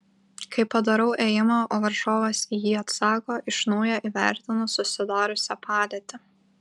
kai padarau ėjimą o varžovas į jį atsako iš naujo įvertinu susidariusią padėtį